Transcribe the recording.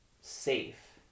safe